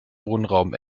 wohnraum